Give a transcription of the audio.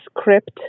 script